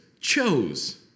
chose